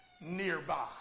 nearby